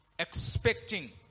expecting